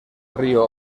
río